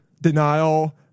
Denial